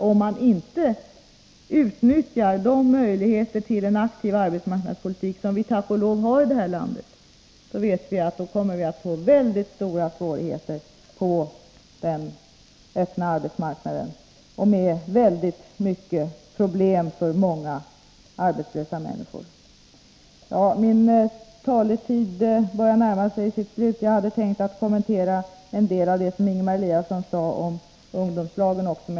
Om man inte utnyttjar de möjligheter till en aktiv arbetsmarknadspolitik som vi tack och lov har i det här landet, kommer vi att få mycket stora svårigheter på den öppna arbetsmarknaden med stora problem för många arbetslösa människor. Min taletid börjar närma sig sitt slut. Jag hade tänkt att kommentera en del av det som Ingemar Eliasson sade om ungdomslagen också.